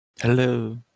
Hello